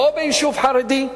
לא ביישוב חרדי,